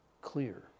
clear